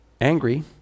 angry